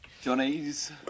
Johnny's